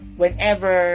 whenever